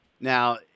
Now